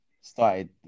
started